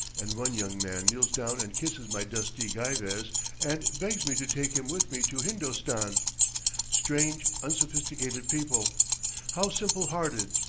and one young man kneels down and kisses my dusty geivehs and begs me to take him with me to hindostan strange, unsophisticated people how simple-hearted,